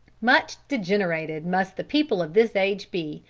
much degenerated must the people of this age be,